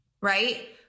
right